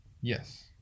Yes